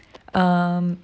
um